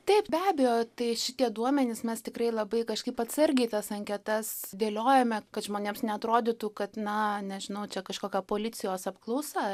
taip be abejo tai šitie duomenys mes tikrai labai kažkaip atsargiai tas anketas dėliojome kad žmonėms neatrodytų kad na nežinau čia kažkokia policijos apklausa